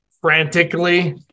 frantically